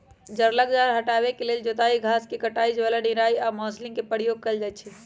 जङगल झार हटाबे के लेल जोताई, घास के कटाई, ज्वाला निराई आऽ मल्चिंग के प्रयोग कएल जाइ छइ